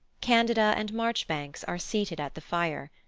candida and marchbanks are seated at the fire.